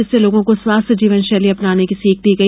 जिससें लोगों को स्वस्थ जीवन शैली अपनाने की सीख दी गई